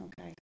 okay